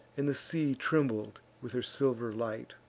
and the sea trembled with her silver light.